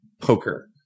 poker